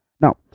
now